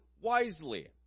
wisely